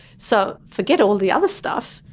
so forget all the other stuff.